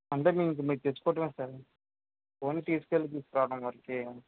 అంటే మీకు మీది తెచ్చుకోవడమే సార్ ఓన్లీ తీసుకెళ్ళి తీసుకురావడం వరుకే